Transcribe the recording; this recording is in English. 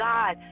God